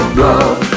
love